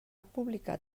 publicat